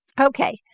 okay